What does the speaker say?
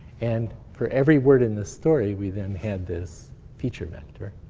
and for every word in the story we then had this feature vector.